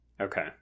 okay